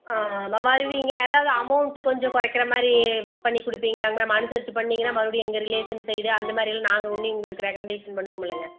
வருவீங்க ஏதாவது அமௌண்ட்டு கொஞ்சம் குறைக்கிற மாதிரி பண்ணி கொடுப்பீங்களாங்க மேம் அனுசரிச்சு பண்ணிங்கன்னால் மறுபடியும் எங்கள் ரிலேஷன் சைடு அந்த மாதிரியெல்லாம் நாங்கள் வந்து உங்களுக்கு ரெகமண்டேஷன் பண்ணுவோமில்லைங்க